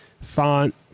font